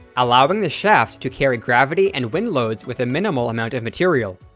allowing the shaft to carry gravity and wind loads with a minimal amount of material.